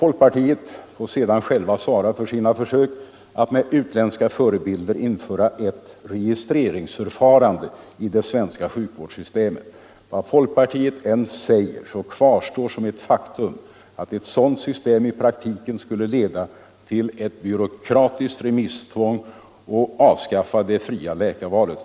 Folkpartiet får självt svara för sina försök att med utländska förebilder införa ew registreringsförfarande i det svenska sjukvårdssystemet. Vad folkpartiet än säger kvarstår som ett faktum att ett sådant system i praktiken skulle leda till ett byråkratiskt remisstvång och avskaffa det fria läkarvalet.